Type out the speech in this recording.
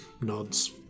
nods